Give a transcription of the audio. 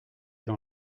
dans